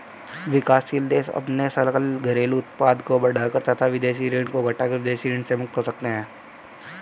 विकासशील देश अपने सकल घरेलू उत्पाद को बढ़ाकर तथा विदेशी ऋण को घटाकर विदेशी ऋण से मुक्त हो सकते हैं